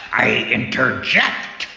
i interject!